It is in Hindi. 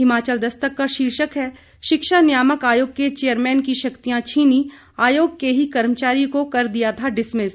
हिमाचल दस्तक का शीर्षक है शिक्षा नियामक आयोग के चेयरमैन की शक्तियां छीनीं आयोग के ही कर्मचारी को कर दिया था डिसमिस